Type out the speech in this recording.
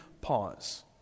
pause